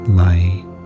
light